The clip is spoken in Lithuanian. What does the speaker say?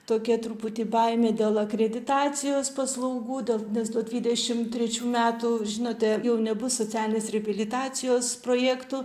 tokia truputį baimė dėl akreditacijos paslaugų dėl nes nuo dvidešim trečių metų žinote jau nebus socialinės reabilitacijos projektų